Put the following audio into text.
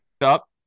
up